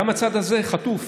גם הצד הזה חטוף.